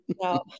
No